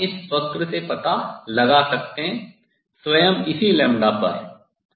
वह आप इस वक्र से पता लगा सकते हैं स्वयं इसी लैम्ब्डा पर